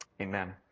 Amen